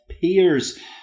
peers